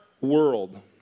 world